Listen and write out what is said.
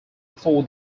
before